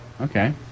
Okay